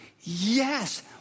yes